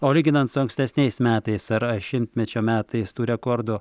o lyginant su ankstesniais metais ar šimtmečio metais tų rekordų